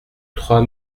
trois